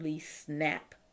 snap